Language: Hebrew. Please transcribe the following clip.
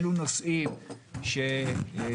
אלו נושאים שלצערי,